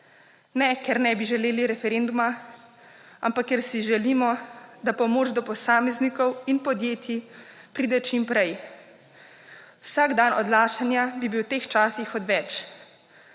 Ne, ker ne bi želeli referenduma, ampak ker si želimo, da pomoč do posameznikov in podjetij pride čim prej. Vsak dan odlašanja bi bil v teh časih odveč.